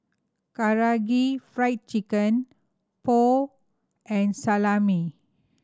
Karaage Fried Chicken Pho and Salami